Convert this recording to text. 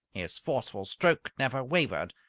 his forceful stroke never wavered.